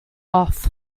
off